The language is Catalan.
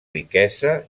riquesa